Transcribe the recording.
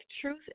truth